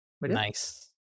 Nice